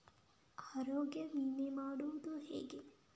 ಆರೋಗ್ಯ ವಿಮೆ ಮಾಡುವುದು ಹೇಗೆ?